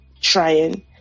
trying